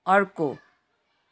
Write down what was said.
अर्को